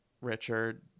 Richard